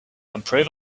improve